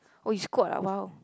oh you squat ah !wow!